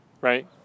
right